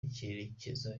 icyerekezo